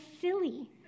silly